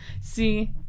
See